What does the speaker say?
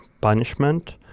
punishment